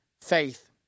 faith